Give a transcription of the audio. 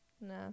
No